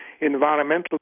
Environmental